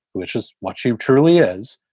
which is what she truly is,